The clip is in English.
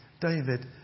David